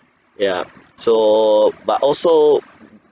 ya so but also